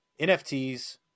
NFTs